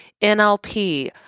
NLP